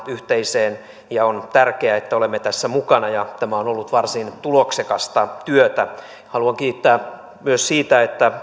yhteiseen päätöslauselmaan ja on tärkeää että olemme tässä mukana ja tämä on ollut varsin tuloksekasta työtä haluan kiittää myös siitä että